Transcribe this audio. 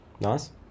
Nice